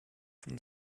von